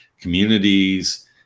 communities